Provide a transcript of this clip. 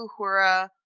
Uhura